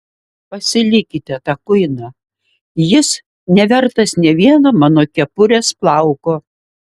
pasilikite tą kuiną jis nevertas nė vieno mano kepurės plauko